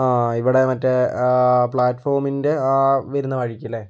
ആ ഇവിടെ മറ്റേ ആ പ്ലാറ്റ്ഫോമിൻ്റെ ആ വരുന്ന വഴിക്കല്ലേ